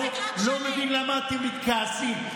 לא מבין למה אתם מתכעסים.